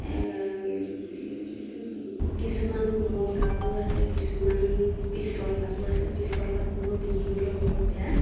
কিছুমান কোমল কাপোৰো আছে কিছুমান পিচল কাপোৰ আছে পিচল কাপোৰবোৰ পিন্ধিবলৈ বহুত বেয়া